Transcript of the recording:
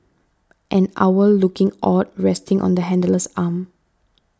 an owl looking awed resting on the handler's arm